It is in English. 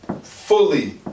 fully